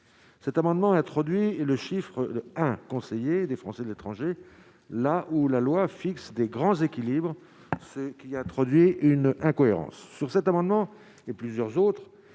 Cet amendement introduit et le chiffre, un conseiller des Français de l'étranger, là où la loi fixe des grands équilibres ce qu'il y a introduit une incohérence sur cet amendement et plusieurs autres